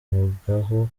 uvugwaho